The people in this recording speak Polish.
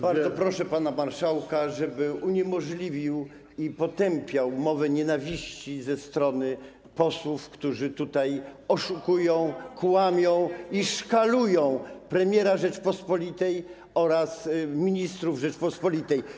Bardzo proszę pana marszałka, żeby uniemożliwił i potępiał mowę nienawiści ze strony posłów, którzy tutaj oszukują, kłamią i którzy szkalują premiera Rzeczypospolitej oraz ministrów Rzeczypospolitej.